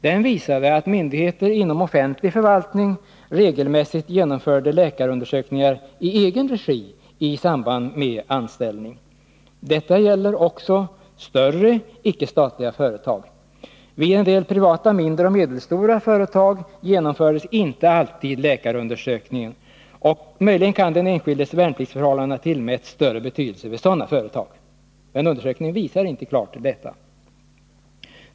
Den visade att myndigheter inom offentlig förvaltning regelmässigt genomförde läkarundersökningar i egen regi i samband med anställning. Detta gäller också större icke statliga företag. Vid en del privata mindre och medelstora företag genomfördes inte alltid läkarundersökning. Möjligen kan den enskildes värnpliktsförhållanden ha tillmätts större betydelse vid sådana företag, men undersökningen visar inte klart detta.